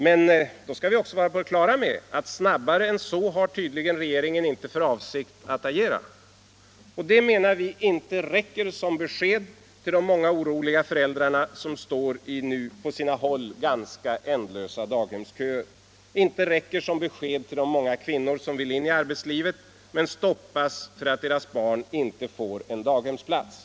Men då skall vi också vara på det klara med att snabbare än så har regeringen tydligen inte för avsikt att agera. Och det menar vi inte räcker som besked till de många oroliga föräldrar som står i på sina håll ganska ändlösa daghemsköer, till de många kvinnor som vill in i arbetslivet men stoppas för att deras barn inte får en daghemsplats.